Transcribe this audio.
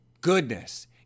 goodness